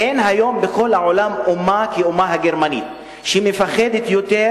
אין היום בכל העולם אומה כאומה הגרמנית שמפחדת יותר